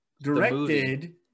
directed